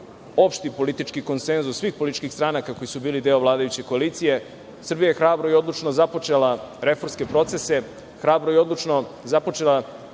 opšti politički konsenzus svih političkih stranaka koji su bili deo vladajuće koalicije, Srbija je hrabro i odlučno započela reformske procese, hrabro i odlučno započela